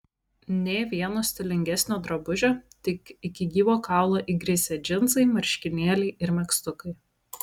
nė vieno stilingesnio drabužio tik iki gyvo kaulo įgrisę džinsai marškinėliai ir megztukai